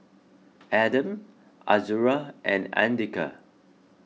Adam Azura and andika